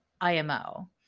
imo